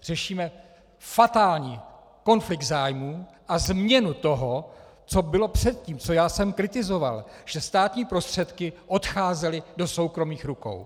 Řešíme fatální konflikt zájmů a změnu toho, co bylo předtím, co já jsem kritizoval, že státní prostředky odcházely do soukromých rukou.